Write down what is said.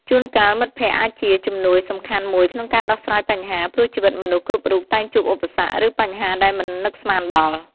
ជូនកាលមិត្តភក្តិអាចជា ជំនួយសំខាន់មួយក្នុងការដោះស្រាយបញ្ហា ព្រោះជីវិតមនុស្សគ្រប់រូបតែងជួបឧបសគ្គ ឬបញ្ហាដែលមិននឹកស្មានដល់។